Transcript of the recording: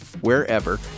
wherever